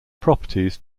properties